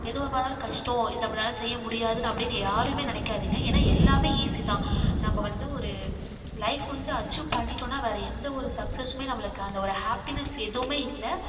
எதுவாக இருந்தாலும் கஷ்டம் இது நம்மளால் செய்ய முடியாதுன்னு அப்டின்னு யாரும் நினைக்காதிங்க ஏன்னா எல்லாம் ஈஸி தான் நம்ம வந்து ஒரு லைஃப் வந்து அச்சீவ் பண்ணிட்டோம்னா வேற எந்த ஒரு சக்ஸஸுமே நம்மளுக்கு அந்த ஒரு ஹேப்பினஸ் எதுவும் இல்லை